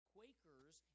Quakers